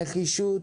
נחישות,